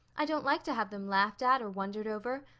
i don't like to have them laughed at or wondered over.